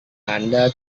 anda